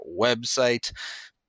website